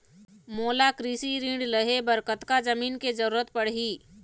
मोला कृषि ऋण लहे बर कतका जमीन के जरूरत पड़ही?